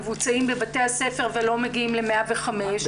מבוצעים בבתי הספר ולא מגיעים ל-105,